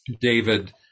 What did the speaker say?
David